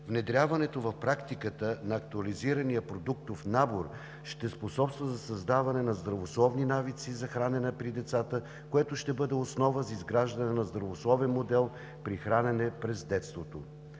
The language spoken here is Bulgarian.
Внедряването в практиката на актуализирания продуктов набор ще способства за създаване на здравословни навици за хранене при децата, което ще бъде основа за изграждане на здравословен модел на хранене през детството.